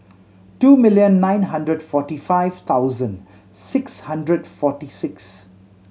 two million nine hundred forty five thousand six hundred and forty six